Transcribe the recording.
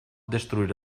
destruir